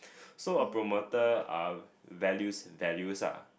so a promoter uh values values ah